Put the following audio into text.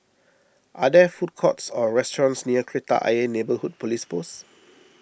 are there food courts or restaurants near Kreta Ayer Neighbourhood Police Post